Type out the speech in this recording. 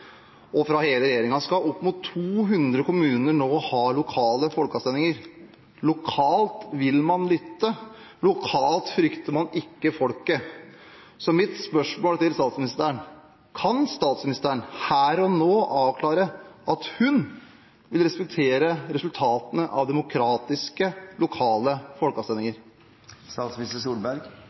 og fra hele regjeringen, skal opp mot 200 kommuner nå ha lokale folkeavstemninger – lokalt vil man lytte, lokalt frykter man ikke folket. Mitt spørsmål til statsministeren er: Kan statsministeren her og nå avklare at hun vil respektere resultatene av demokratiske, lokale